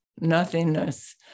nothingness